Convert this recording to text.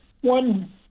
one